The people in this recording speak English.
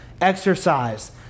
exercise